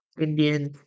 Indian